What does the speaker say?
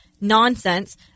nonsense